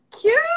cute